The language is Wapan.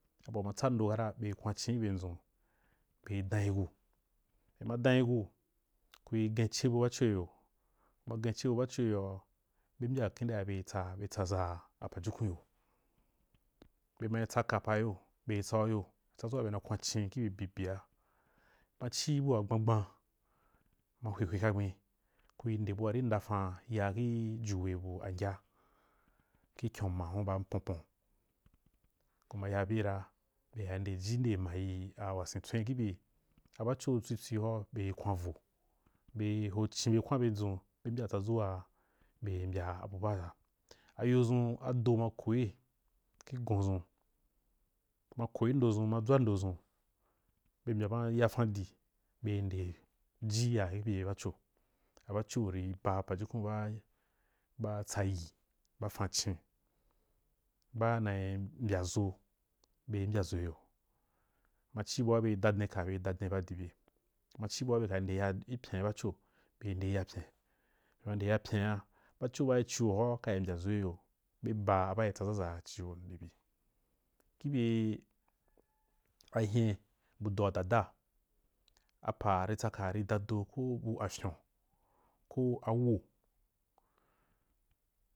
Aboma can dora bah kwan cin gi bye dʒun, kui damyi gu kiyo kuma ʒance bu baco kih yoa ku mbya kende be tsaʒa a pajukun yo bema tsaka pa yo bee tsagu yo tsadʒu waa bena kwan cin ki bye bibia maci abua gbangban hwehwe kagben kuì nde buari ndafam ya kih yuu weu ngya kih kyon ma hum ba ponpon be ma ya bye ra be ya nde ji mayu a wasen tswen kih bye. A baco tswitswi hora be kwam vo be ho cinbe kwam bye dʒun be mbya tsadʒu waa be mbyaa abu baa ga ayo dʒun ado ma koi kuh gon dʒun ma koi ndo dʒun ma dʒwa ndo dʒun be mbya ma ndafan di be nde fi ya kih bye baco a baco ri ba pajukun ba tsa yii ba fan cin ba nai mbya ʒo be mbyaʒo gi yo ma ci bua be da den ka be daden ba dii be ma ci bua be ka ndeya kih pyen baco baa cio kai mbya ʒo gi yo be ba baa ri tsaʒaʒa cio kih bye a hen bu do a daada apa ri tsaka wa ri dado bu afyon ko awoh.